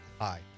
Hi